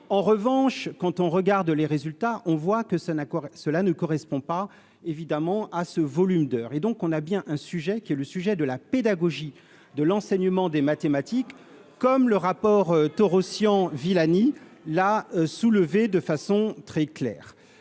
en revanche, quand on regarde les résultats, on voit que c'est un accord cela ne correspond pas évidemment à ce volume d'heures et donc on a bien un sujet qui est le sujet de la pédagogie de l'enseignement des mathématiques comme le rapport Torossian Villani La soulever de façon très claire,